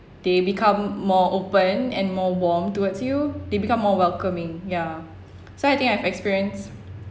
they become more open and more warm towards you they become more welcoming ya so I think I have experienced